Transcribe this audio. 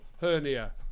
hernia